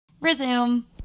Resume